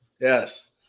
Yes